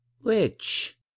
Which—